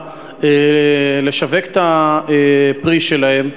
לשווק את הפרי שלהם,